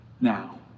Now